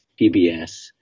PBS